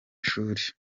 ishuri